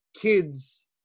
kids